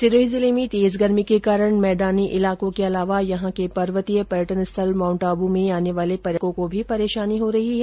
सिरोही जिले में तेज गर्मी के कारण मैदानी इलाकों के अलावा यहां के पर्वतीय पर्यटन स्थल माउण्ट आबू में आने वाले पर्यटकों को भी परेशानी हो रही हैं